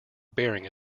baring